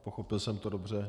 Pochopil jsem to dobře?